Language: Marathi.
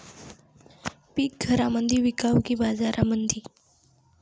पीक घरामंदी विकावं की बाजारामंदी?